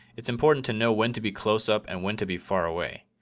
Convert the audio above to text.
it's important to know when to be closed up and went to be far away.